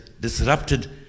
disrupted